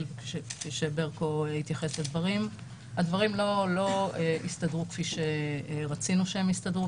הדברים לא הסתדרו כפי שרצינו שהם יסתדרו,